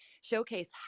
showcase